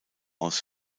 aus